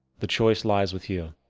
the choice lies with you.